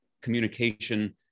communication